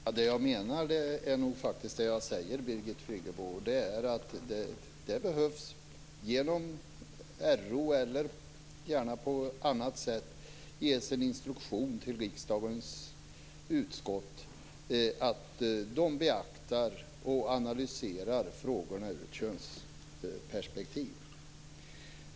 Fru talman! Det jag menar är faktiskt det jag säger, Birgit Friggebo, och det är att det genom RO eller gärna på annat sätt behöver ges en instruktion till riksdagens utskott att de beaktar och analyserar frågorna ur ett könsperspektiv.